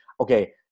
okay